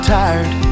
tired